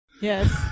Yes